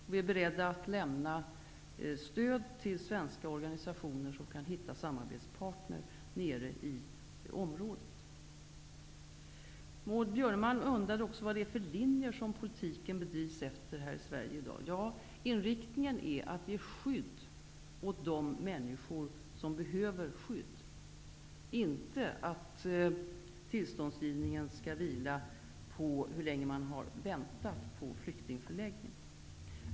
Vi är beredda att lämna stöd till svenska organisationer som kan hitta en samarbetspartner nere i området. Maud Björnemalm undrade också efter vilka linjer politiken bedrivs här i Sverige. Inriktningen är att ge skydd åt de människor som behöver skydd och inte att tillståndsgivningen skall vila på hur länge man har väntat på flyktingförläggning.